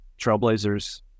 trailblazers